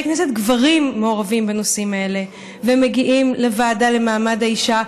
כנסת גברים מעורבים בנושאים האלה ומגיעים לוועדה למעמד האישה,